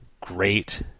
great